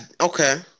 Okay